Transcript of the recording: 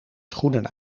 schoenen